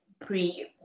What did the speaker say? pre